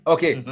Okay